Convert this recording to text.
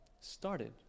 started